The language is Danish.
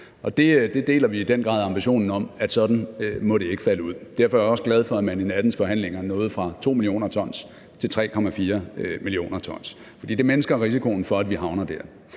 Det deler vi i den grad ambitionen om, altså at sådan må det ikke falde ud. Derfor er jeg også glad for, at man i nattens forhandlinger nåede fra 2 mio. t til 3,4 mio. t, fordi det mindsker risikoen for, at vi havner der.